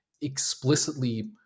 explicitly